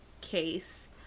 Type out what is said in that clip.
case